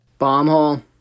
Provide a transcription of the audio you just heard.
Bombhole